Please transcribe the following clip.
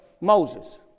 Moses